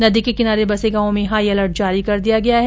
नदी के किनारे बसे गांवों में हाईअलर्ट जारी किया गया है